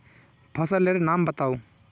फसल लेर नाम बाताउ?